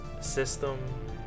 system